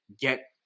get